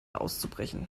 auszubrechen